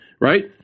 Right